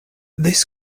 this